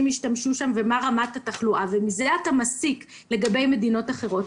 השתמשו שם ומה רמת התחלואה ומזה אתה מסיק לגבי מדינות אחרות